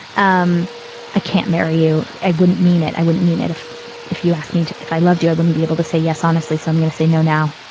um i can't marry you i wouldn't mean it. i wouldn't mean it. if if you asked me if i loved you, i wouldn't be able to say yes, honestly. so i'm going to say no now.